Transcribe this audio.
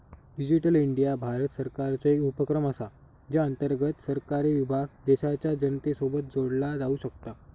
digital India Bharat सरकारचो एक उपक्रम असा ज्या अंतर्गत सरकारी विभाग देशाच्या जनतेसोबत जोडला जाऊ शकता